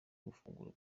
gufungwa